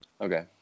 Okay